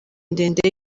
ndende